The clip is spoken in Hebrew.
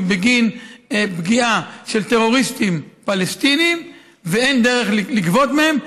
בגין פגיעה של טרוריסטים פלסטינים ואין דרך לגבות מהם.